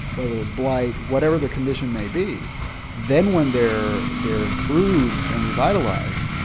whether there's blight whatever the condition may be then when they're they're improved and revitalized,